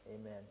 Amen